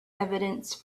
evidence